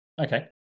okay